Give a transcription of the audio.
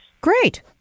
Great